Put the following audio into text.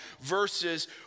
verses